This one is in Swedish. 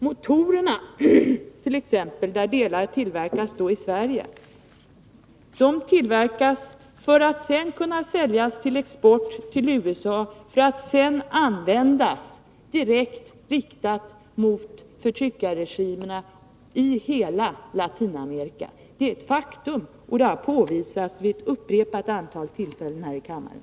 Motorerna t.ex., till vilka delar tillverkas i Sverige, skall kunna säljas på export till USA för att sedan användas direkt emot befrielserörelserna mot förtryckarregimerna i hela Latinamerika. Det är ett faktum, och det har påvisats vid upprepade tillfällen här i kammaren.